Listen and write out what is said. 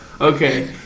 Okay